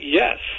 yes